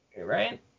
right